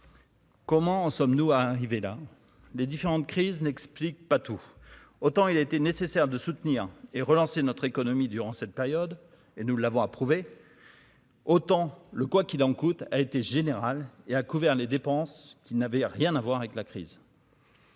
Comment en sommes-nous arrivés là les différentes crises n'explique pas tout, autant il était nécessaire de soutenir et relancer notre économie durant cette période et nous l'avons approuvé. Autant le quoi qu'il en coûte, a été générale et a couvert les dépenses qui n'avait rien à voir avec la crise.